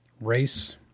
race